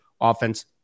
offense